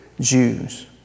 Jews